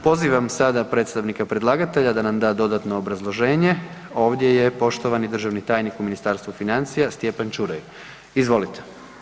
Pozivam sada predstavnika predlagatelja da nam da dodatno obrazloženje, ovdje je poštovani državni tajnik u Ministarstvu financija Stjepan Čuraj, izvolite.